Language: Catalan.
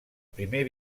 primer